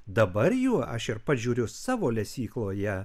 dabar juo aš ir pažiūriu savo lesykloje